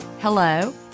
hello